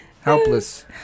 helpless